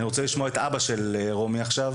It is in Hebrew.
אני רוצה לשמוע את אבא של רומי עכשיו,